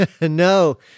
No